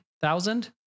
thousand